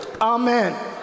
Amen